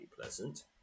pleasant